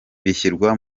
bishyirwa